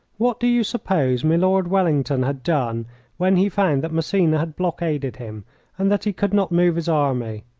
what do you suppose milord wellington had done when he found that massena had blockaded him and that he could not move his army?